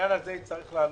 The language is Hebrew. העניין הזה יצטרך לעלות,